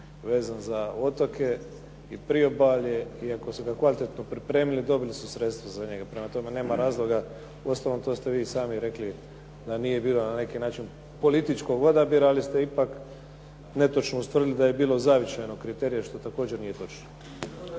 vezan za otoke i priobalje, i ako su ga kvalitetno pripremili dobili su sredstvo za njega. Prema tome nema razloga, uostalom to ste vi i sami rekli da nije bilo na neki način političkog odabira, ali ste ipak netočno ustvrdili da je bilo zavičajnog kriterija, što također nije točno.